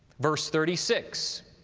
verse thirty six.